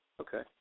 Okay